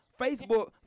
Facebook